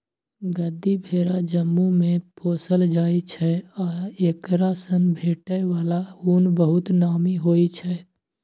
गद्दी भेरा जम्मूमे पोसल जाइ छै आ एकरासँ भेटै बला उन बहुत नामी होइ छै